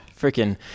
freaking –